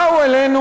באו אלינו,